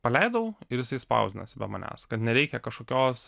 paleidau ir jisai spausdinasi be manęs kad nereikia kažkokios